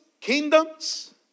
kingdoms